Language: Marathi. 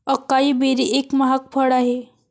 अकाई बेरी एक महाग फळ आहे